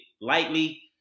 lightly